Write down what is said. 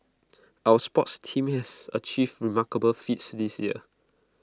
our sports teams has achieved remarkable feats this year